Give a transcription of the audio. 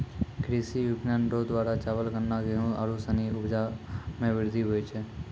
कृषि विपणन रो द्वारा चावल, गन्ना, गेहू आरू सनी उपजा मे वृद्धि हुवै छै